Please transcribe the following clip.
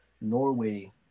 Norway